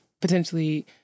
potentially